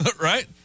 right